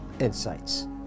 insights